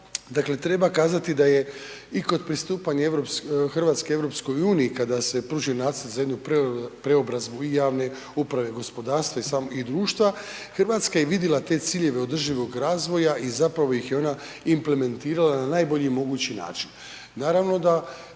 treba kazati da je i kod pristupanja Hrvatske Europskoj uniji kada se pruži nacrt za jednu preobrazbu i javne uprave, gospodarstva i društva, Hrvatska je vidila te ciljeve održivog razvoja, i zapravo ih je ona implementirala na najbolji mogući način.